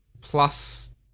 Plus